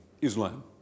Islam